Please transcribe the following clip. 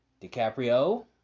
DiCaprio